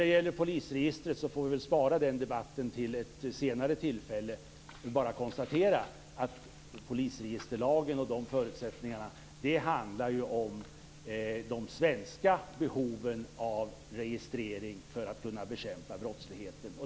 Debatten om polisregistret får vi väl spara till ett senare tillfälle. Jag konstaterar bara att polisregisterlagen och förutsättningarna för ett polisregister handlar om de svenska behoven av registrering för att kunna bekämpa brottsligheten.